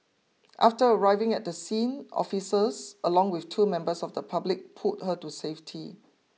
after arriving at the scene officers along with two members of the public pulled her to safety